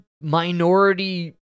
minority